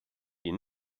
die